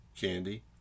Candy